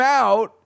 out